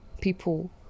people